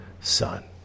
son